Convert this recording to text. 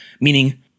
meaning